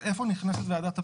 אבל איפה נכנסת ועדת הפנים?